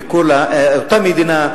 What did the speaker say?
ביקור לאותה מדינה,